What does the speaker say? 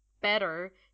better